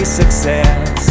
success